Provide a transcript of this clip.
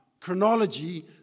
chronology